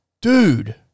dude